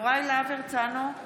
יוראי להב הרצנו,